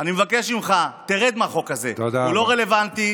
אני מבקש ממך, תרד מהחוק הזה, הוא לא רלוונטי.